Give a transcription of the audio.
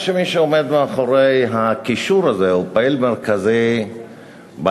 שמי שעומד מאחורי הקישור הזה הוא פעיל מרכזי בליכוד.